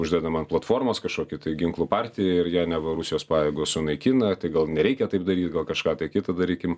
uždedam ant platformos kažkokią tai ginklų partiją ir ją neva rusijos pajėgos sunaikina tai gal nereikia taip daryt gal kažką tai kitą darykim